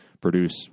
produce